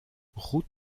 route